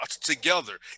together